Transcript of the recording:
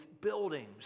buildings